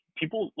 people